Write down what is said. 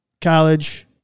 college